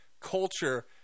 culture